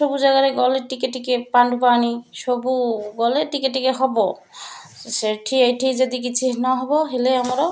ସବୁ ଜାଗାରେ ଗଲେ ଟିକେ ଟିକେ ସବୁ ଗଲେ ଟିକେ ଟିକେ ହବ ସେଠି ଏଠି ଯଦି କିଛି ନ ହବ ହେଲେ ଆମର